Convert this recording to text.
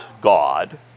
God